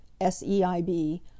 SEIB